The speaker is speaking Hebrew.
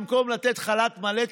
במקום לתת חל"ת מלא,